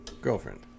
girlfriend